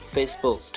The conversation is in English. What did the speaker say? Facebook 、